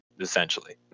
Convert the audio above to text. Essentially